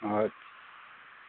ଆଚ୍ଛା